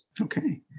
Okay